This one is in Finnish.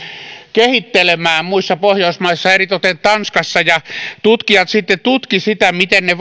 kehittelemään muissa pohjoismaissa eritoten tanskassa ja tutkijat sitten tutkivat sitä miten ne